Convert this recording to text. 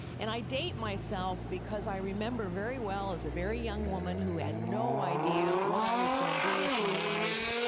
and i date myself because i remember very well as a very young woman who had no idea what i was going to do with my life,